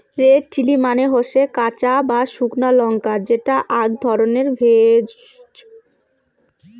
red chili মানে হসে কাঁচা বা শুকনো লঙ্কা যেটা আক ধরণের ভেষজ